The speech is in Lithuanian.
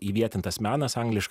įvietintas menas angliškai